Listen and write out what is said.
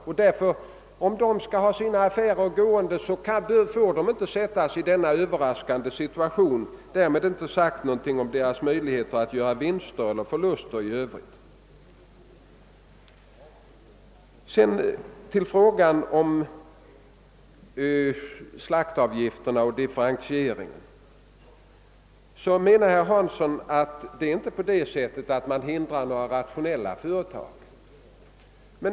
Om affärerna skall kunna flyta får inte den ena parten försättas i en Överraskande situation på det sätt som här skedde. Därmed inte sagt någonting om möjligheterna i övrigt att göra vinster eller förluster. Vad gäller differentierade slaktdjursavgifter menar herr Hansson i Skegrie att dessa inte hindrar några rationella företag.